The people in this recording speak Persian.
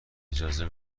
اجازه